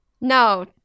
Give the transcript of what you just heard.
no